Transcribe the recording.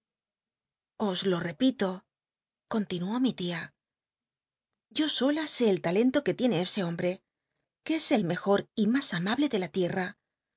os lo repito con tinuó mi tia yo sola sé el o quo tiene ese hombte que es el mejo y talen l mas amable de la tierra